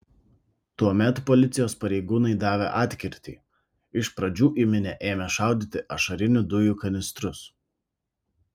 tuomet policijos pareigūnai davė atkirtį iš pradžių į minią ėmė šaudyti ašarinių dujų kanistrus